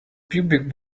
pubic